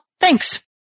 thanks